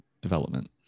development